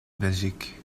belgique